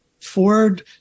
Ford